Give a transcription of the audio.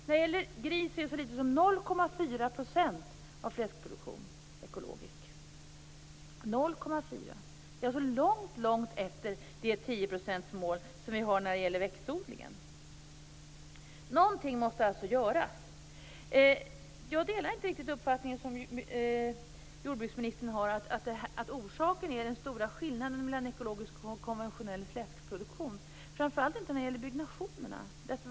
När det gäller gris är så lite som 0,4 % av produktionen ekologisk. Det är långt efter det 10 procentsmål som vi har när det gäller växtodlingen. Någonting måste alltså göras. Jag delar inte riktigt den uppfattning som jordbruksministern har att orsaken är den stora skillnaden mellan ekologisk och konventionell fläskproduktion, framför allt inte när det gäller byggnationerna.